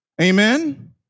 Amen